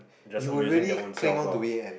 just amusing their ownself ah